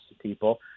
people